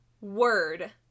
word